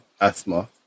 asthma